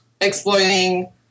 exploiting